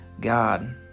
God